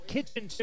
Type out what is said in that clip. Kitchen